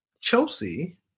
Chelsea